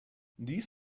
these